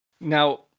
Now